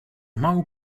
mału